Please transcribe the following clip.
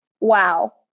wow